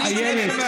הייתי שומע.